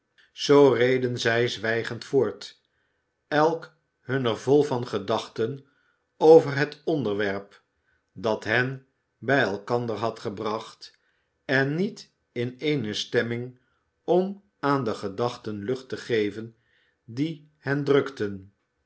zoo reden zij zwijgend voort elk hunner vol van gedachten over het onderwerp dat hen bij elkander had gebracht en niet in eene stemming om aan de gedachten lucht te geven die hen drukten